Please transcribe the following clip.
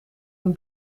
een